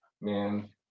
Man